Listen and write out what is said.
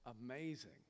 amazing